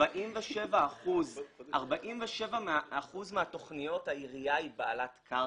ב-47% מהתכניות העירייה היא בעלת הקרקע.